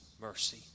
mercy